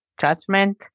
Judgment